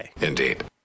Indeed